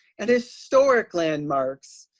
and historic landmarks.